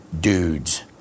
dudes